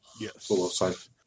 Yes